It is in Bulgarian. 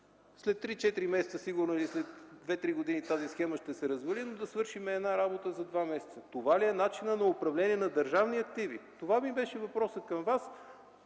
След 3-4 месеца и след 2-3 години тази схема ще се развали, но да свършим една работа за два месеца. Това ли е начинът на управление на държавни активи? Това ми беше въпросът към Вас,